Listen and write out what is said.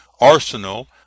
arsenal